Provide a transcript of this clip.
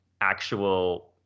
actual